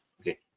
Okay